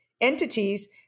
entities